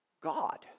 God